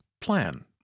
plan